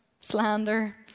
slander